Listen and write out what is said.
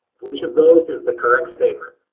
which of those is the correct statement?